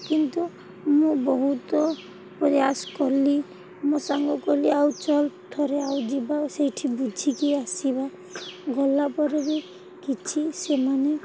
କିନ୍ତୁ ମୁଁ ବହୁତ ପ୍ରୟାସ କଲି ମୋ ସାଙ୍ଗ କଲି ଆଉ ଚାଲ ଥରେ ଆଉ ଯିବା ସେଇଠି ବୁଝିକି ଆସିବା ଗଲା ପରେ ବି କିଛି ସେମାନେ